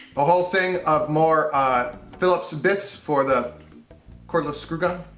the whole thing of more phillip's bits for the cordless screw gun.